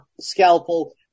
scalpel